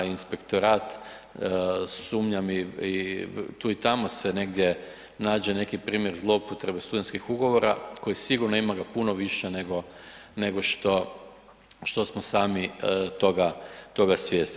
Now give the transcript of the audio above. Inspektorat, sumnjam i tu i tamo se negdje nađe neki primjer zloupotrebe studentskih ugovora, koji sigurno, ima ga puno više nego što smo sami toga svjesni.